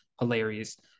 hilarious